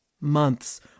months